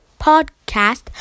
Podcast